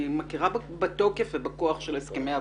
מכירה בתוקפם ובכוחם של הסכמי עבודה.